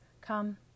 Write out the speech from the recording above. Come